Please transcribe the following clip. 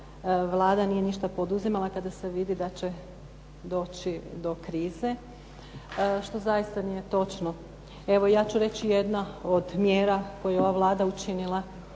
Vlada nije ništa poduzimala kada se vidi da će doći do krize, što zaista nije točno. Evo ja ću reći jednu od mjera koju je ova Vlada učinila,